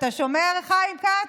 אתה שומע, חיים כץ?